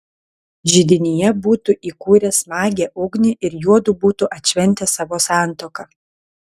židinyje būtų įkūręs smagią ugnį ir juodu būtų atšventę savo santuoką